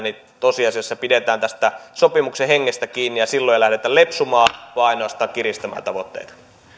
niin tosiasiassa pidetään tästä sopimuksen hengestä kiinni ja silloin ei lähdetä lepsumaan vaan ainoastaan kiristämään tavoitteita